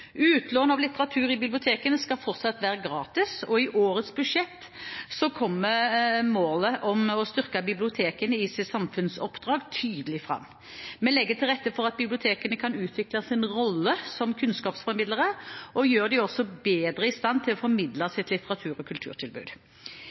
Utlån av litteratur i bibliotekene skal fortsatt være gratis, og i årets budsjett kommer målet om å styrke bibliotekene i deres samfunnsoppdrag tydelig fram. Vi legger til rette for at bibliotekene kan utvikle sin rolle som kunnskapsformidlere og gjør dem bedre i stand til å formidle sitt litteratur- og kulturtilbud.